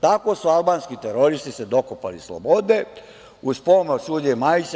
Tako su se albanski teroristi dokopali slobode uz pomoć sudije Majića.